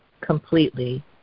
completely